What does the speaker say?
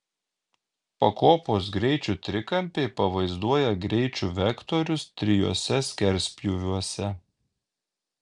pakopos greičių trikampiai pavaizduoja greičių vektorius trijuose skerspjūviuose